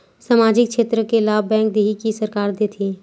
सामाजिक क्षेत्र के लाभ बैंक देही कि सरकार देथे?